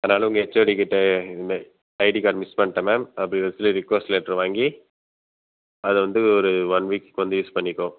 ஆனாலும் உங்கள் ஹெச்சோடிக்கிட்ட இது மாதிரி ஐடி கார்டு மிஸ் பண்ணிவிட்டேன் மேம் அப்படி ரிக்வஸ்ட் லெட்டர் வாங்கி அதை வந்து ஒரு ஒன் வீக்ஸ்க்கு வந்து யூஸ் பண்ணிக்கோ